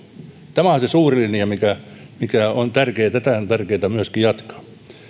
tämä on se suuri linja mikä mikä on tärkeä tätä on tärkeää myöskin jatkaa